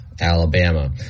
Alabama